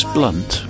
Blunt